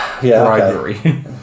bribery